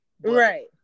Right